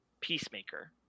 Peacemaker